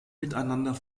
miteinander